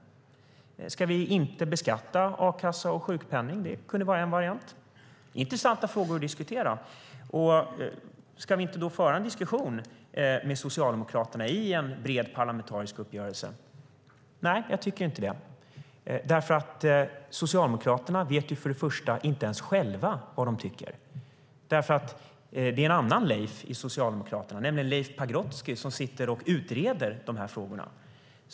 Ska vi inte beskatta a-kassa och sjukpenning? Det kunde vara en variant. Det är intressanta frågor att diskutera. Ska vi då inte föra en diskussion med Socialdemokraterna i en bred parlamentarisk uppgörelse? Nej, jag tycker inte det. Socialdemokraterna vet för det första inte ens själva vad de tycker. Det är ju en annan Leif i Socialdemokraterna, nämligen Leif Pagrotsky, som sitter och utreder de här frågorna.